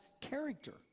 character